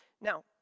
Now